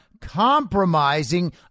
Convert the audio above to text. compromising